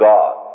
God